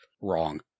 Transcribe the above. wrong